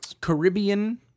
Caribbean